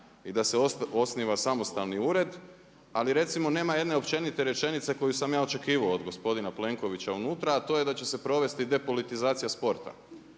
i da se osniva samostalni ured ali recimo nema jedne općenite rečenice koju sam ja očekivao od gospodina Plenkovića unutra a to je da će se provesti depolitizacija sporta.